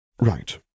Right